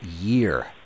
year